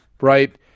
right